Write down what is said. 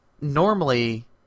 normally